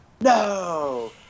No